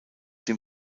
dem